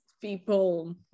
people